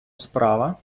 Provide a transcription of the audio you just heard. справа